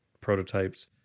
prototypes